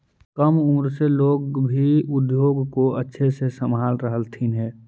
कम उम्र से लोग भी उद्योग को अच्छे से संभाल रहलथिन हे